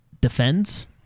Defends